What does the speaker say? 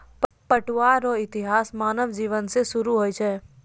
पटुआ रो इतिहास मानव जिवन से सुरु होय छ